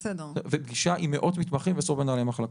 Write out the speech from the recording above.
ופגישה עם מאות מתמחים ומנהלי מחלקות.